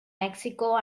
mexico